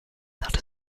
that